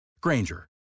Granger